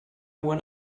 when